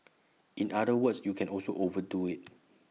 in other words you can also overdo IT